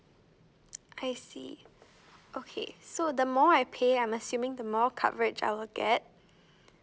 I see okay so the more I pay I'm assuming the more coverage I'll get